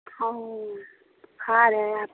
اوہ بخار ہے آپ